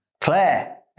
Claire